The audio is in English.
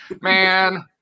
Man